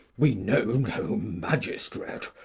we know no magistrate